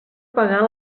pagar